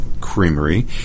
creamery